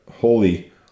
Holy